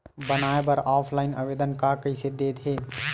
बनाये बर ऑफलाइन आवेदन का कइसे दे थे?